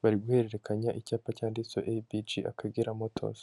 bari guhererekanya icyapa cyanditseho ABG Akagera Motos.